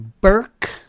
Burke